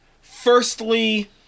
firstly